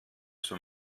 zur